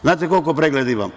Znate, koliko pregleda imam?